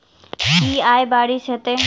की आय बारिश हेतै?